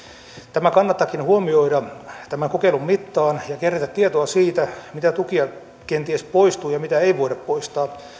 tämä kannattaakin huomioida tämän kokeilun mittaan ja kerätä tietoa siitä mitä tukia kenties poistuu ja mitä ei voida poistaa